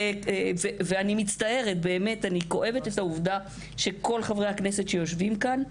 אני מצטערת וכואבת את העובדה שכל חברי הכנסת שיושבים כאן,